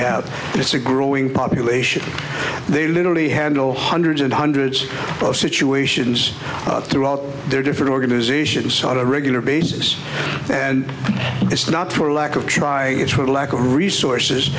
it's a growing population they literally handle hundreds and hundreds of situations throughout their different organizations sort a regular basis and it's not through lack of try it's for lack of resources